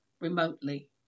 remotely